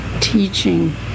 teaching